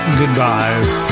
goodbyes